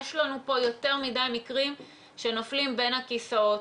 יש לנו פה יותר מדי מקרים שנופלים בין הכיסאות.